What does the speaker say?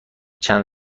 چند